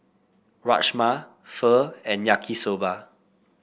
Rajma Pho and Yaki Soba